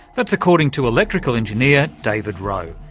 that's according to electrical engineer david rowe,